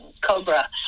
Cobra